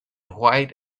white